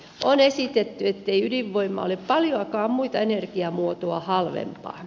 on esitetty ettei ydinvoima ole paljoakaan muita energiamuotoja halvempaa